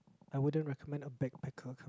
I wouldn't recommend a backpacker